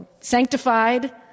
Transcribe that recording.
sanctified